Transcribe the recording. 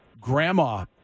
grandma